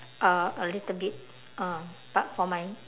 uh a little bit um but for my